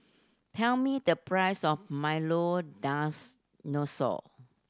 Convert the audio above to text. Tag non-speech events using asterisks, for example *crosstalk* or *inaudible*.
tell me the price of milo *unintelligible*